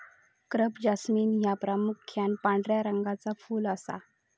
crape jasmine ह्या प्रामुख्यान पांढऱ्या रंगाचा फुल असा